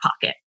pocket